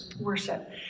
worship